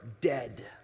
dead